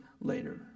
later